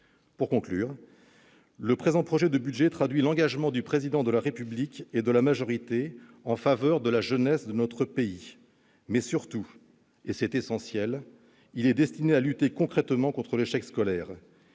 Pour conclure, le présent projet de budget traduit l'engagement du Président de la République et de la majorité en faveur de la jeunesse de notre pays. Surtout, et c'est essentiel, il est destiné à lutter concrètement contre l'échec scolaire.